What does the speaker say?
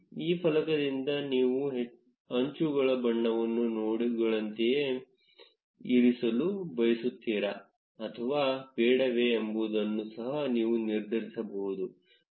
ಈ ಫಲಕದಿಂದ ನೀವು ಅಂಚುಗಳ ಬಣ್ಣವನ್ನು ನೋಡ್ಗಳಂತೆಯೇ ಇರಿಸಲು ಬಯಸುತ್ತೀರಾ ಅಥವಾ ಬೇಡವೇ ಎಂಬುದನ್ನು ಸಹ ನೀವು ನಿರ್ಧರಿಸಬಹುದು